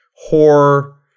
horror